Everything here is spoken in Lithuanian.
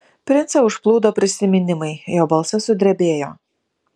princą užplūdo prisiminimai jo balsas sudrebėjo